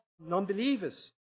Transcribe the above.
non-believers